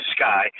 sky